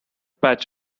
patch